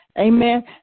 Amen